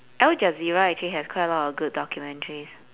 al jazeera actually has quite a lot of good documentaries